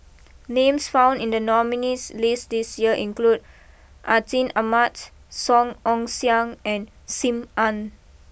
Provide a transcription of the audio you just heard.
names found in the nominees list this year include Atin Amat Song Ong Siang and Sim Ann